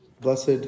Blessed